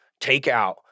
takeout